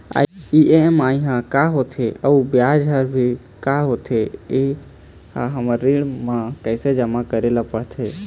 EMI हर का होथे अऊ ब्याज हर भी का होथे ये हर हमर ऋण मा कैसे जमा करे ले पड़ते?